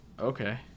Okay